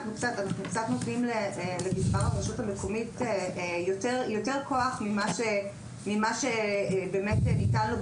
אנחנו נותנים לגזבר הרשות המקומית יותר כוח ממה שבאמת ניתן לו,